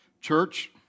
Church